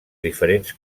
diferents